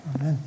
Amen